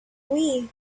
wii